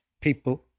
people